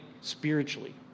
spiritually